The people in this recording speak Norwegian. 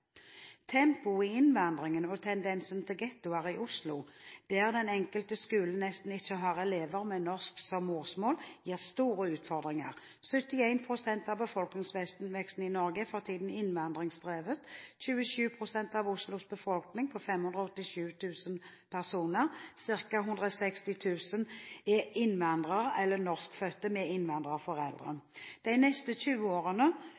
i innvandringen og tendensene til gettoer i Oslo, der enkelte skoler nesten ikke har elever med norsk som morsmål, gir store utfordringer. 71 pst. av befolkningsveksten i Norge er for tiden innvandringsdrevet. 27 pst. av Oslos befolkning på 587 000 personer, ca. 160 000, er innvandrere eller norskfødte med innvandrerforeldre. De neste 20 årene